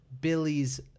Billy's